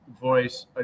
voice